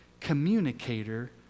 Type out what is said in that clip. communicator